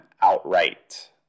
outright